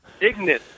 Ignis